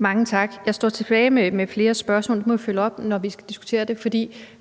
Mange tak. Jeg står tilbage med flere spørgsmål, og det må vi jo følge op på, når vi skal diskutere det.